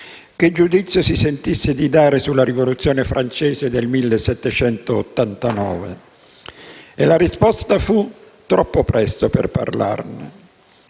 che giudizio si sentisse di dare sulla Rivoluzione francese del 1789. E la risposta fu: «Troppo presto per parlarne».